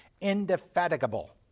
Indefatigable